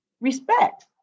Respect